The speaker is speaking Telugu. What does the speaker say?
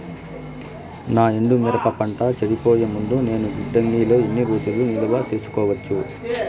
నా ఎండు మిరప పంట చెడిపోయే ముందు నేను గిడ్డంగి లో ఎన్ని రోజులు నిలువ సేసుకోవచ్చు?